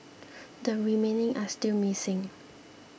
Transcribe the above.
the remaining are still missing